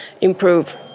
improve